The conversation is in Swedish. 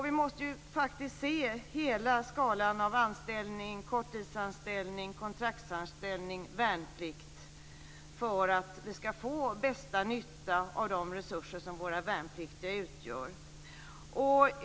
Vi måste faktiskt se på hela skalan av anställning, korttidsanställning, kontraktsanställning och värnplikt för att vi ska få bästa nytta av de resurser som våra värnpliktiga utgör.